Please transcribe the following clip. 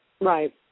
Right